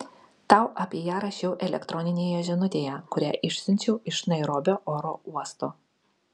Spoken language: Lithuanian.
tau apie ją rašiau elektroninėje žinutėje kurią išsiunčiau iš nairobio oro uosto